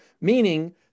Meaning